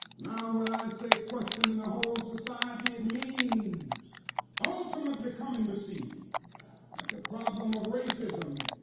now, when i say questioning the whole society, it means ultimately coming to see that the problem of racism,